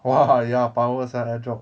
!wah! halia powers are rare drop